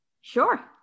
sure